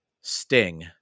Sting